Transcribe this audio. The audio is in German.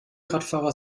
radfahrer